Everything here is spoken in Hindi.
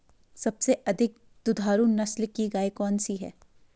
सबसे अधिक दुधारू नस्ल की गाय कौन सी है?